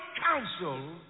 counsel